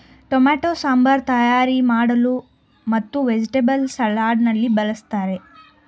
tomato sambar ತಯಾರಿ ಮಾಡಲು ಮತ್ತು ವೆಜಿಟೇಬಲ್ಸ್ ಸಲಾಡ್ ನಲ್ಲಿ ಬಳ್ಸತ್ತರೆ